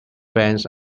friends